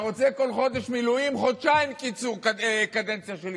המשפטים, כמה טרמפיסטים?